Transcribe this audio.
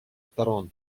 сторон